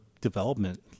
development